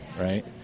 right